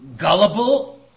gullible